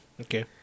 Okay